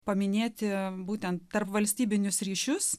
paminėti būtent tarpvalstybinius ryšius